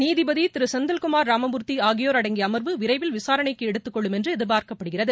நீதிபதி திரு செந்தில்குமா் ராமமூர்த்தி ஆகியோர் அடங்கிய அமர்வு விரைவில் விளரணைக்கு எடுத்துக் கொள்ளும் என்று எதிர்பார்க்கப்படுகிறது